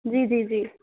جی جی جی